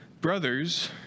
Brothers